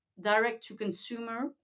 direct-to-consumer